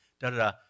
da-da-da